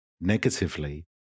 negatively